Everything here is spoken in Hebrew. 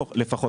לפחות,